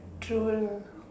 true lah